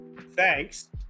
Thanks